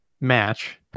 match